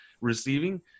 receiving